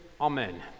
Amen